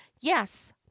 yes